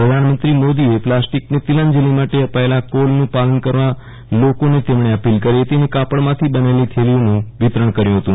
પ્રધાનમંત્રો મોદીએ પ્લાસ્ટીકને તિલાંજલી માટે અ પાયેલા કોલન પાલન કરવા લોકોને તેમણે અપોલ કરી હતી અને કાપડમાંથી બનેલી થલીઓનું વિતરણ કર્યું હતું